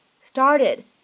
started